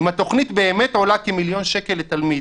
אם התכנית באמת עולה כמיליון שקל לתלמיד,